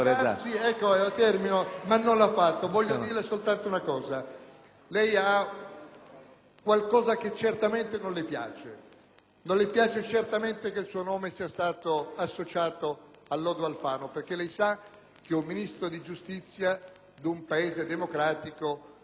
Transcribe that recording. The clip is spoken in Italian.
qualcosa che a lei certamente non piace: certamente non le piace che il suo nome sia stato associato al lodo Alfano, perché lei sa che un Ministro di giustizia di un Paese democratico non propone e non fa approvare norme che attribuiscono immunità personali.